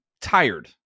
tired